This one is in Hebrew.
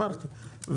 אמרתי,